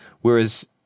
Whereas